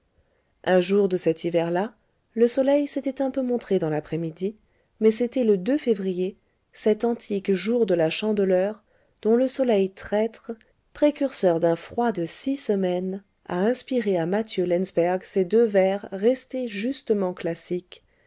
un jour de cet hiver là le soleil s'était un peu montré dans l'après-midi mais c'était le février cet antique jour de la chandeleur dont le soleil traître précurseur d'un froid de six semaines a inspiré à mathieu laensberg ces deux vers restés justement classiques